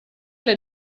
alla